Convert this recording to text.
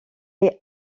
est